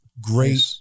great